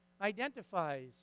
identifies